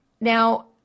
Now